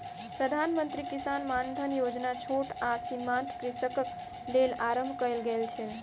प्रधान मंत्री किसान मानधन योजना छोट आ सीमांत कृषकक लेल आरम्भ कयल गेल छल